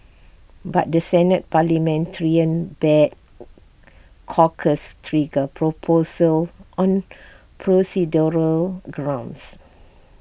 but the Senate parliamentarian barred Corker's trigger proposal on procedural grounds